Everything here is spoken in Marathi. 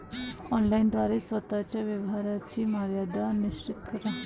ऑनलाइन द्वारे स्वतः च्या व्यवहाराची मर्यादा निश्चित करा